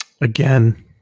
Again